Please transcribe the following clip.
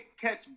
catch